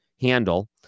handle